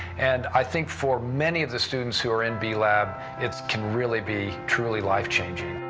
and i think for many of the students who are in b-lab, it can really be truly life changing.